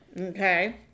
Okay